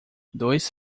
dois